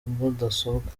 mudasobwa